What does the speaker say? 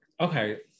Okay